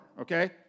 okay